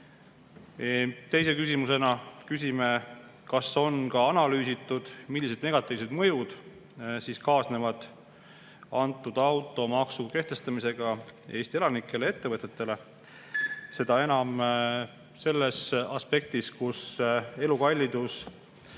Teise küsimusena küsime, kas on ka analüüsitud, millised negatiivsed mõjud kaasnevad automaksu kehtestamisega Eesti elanikele ja ettevõtetele, seda enam, kui elukallidus